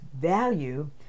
value